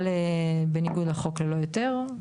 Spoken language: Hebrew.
שמופעל בניגוד לחוק ללא היתר.